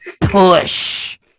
push